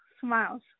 Smiles